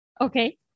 Okay